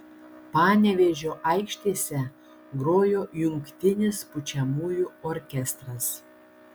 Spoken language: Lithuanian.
panevėžio aikštėse grojo jungtinis pučiamųjų orkestras